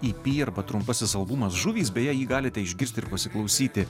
i pi arba trumpasis albumas žuvys beje jį galite išgirsti ir pasiklausyti